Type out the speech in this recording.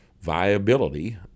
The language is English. viability